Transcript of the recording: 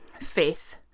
faith